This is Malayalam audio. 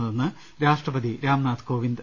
ന്നതെന്ന് രാഷ്ട്രപതി രാം നാഥ് കോവിന്ദ്